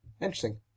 Interesting